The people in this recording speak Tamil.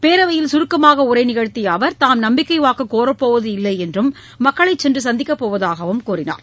பேரவையில் சுருக்கமாக உரை நிகழ்த்திய அவர் தாம் நம்பிக்கை வாக்கு கோரப்போவது இல்லையென்றம் மக்களை சென்று சந்திக்கப்போவதாகவும் கூறினார்